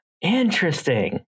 Interesting